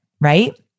right